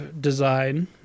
design